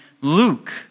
Luke